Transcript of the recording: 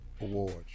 awards